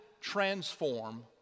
transform